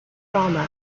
rama